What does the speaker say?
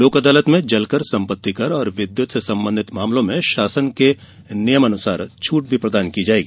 लोक अदालत में जलकर सम्पतिकर और विद्युत से संबंधित मामलों में शासन के नियमानुसार छूट भी दी जायेगी